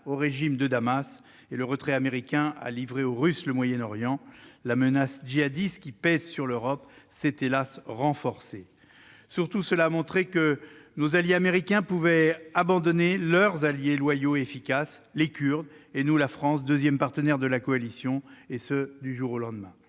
au régime de Damas et le retrait américain a livré aux Russes le Moyen-Orient. La menace djihadiste qui pèse sur l'Europe s'est hélas ! renforcée. Surtout, cela a montré que nos alliés américains pouvaient abandonner des alliés loyaux et efficaces- les Kurdes, et nous, la France, deuxièmes partenaires de la coalition -, et ce du jour au lendemain.